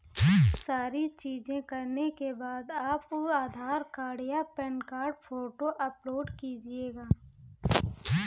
सारी चीजें करने के बाद आप आधार कार्ड या पैन कार्ड फोटो अपलोड कीजिएगा